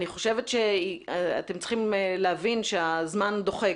אני חושבת שאתם צריכים להבין שהזמן דוחק,